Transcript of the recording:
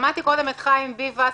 שמעתי קודם את חיים ביבס.